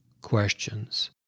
questions